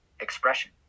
expression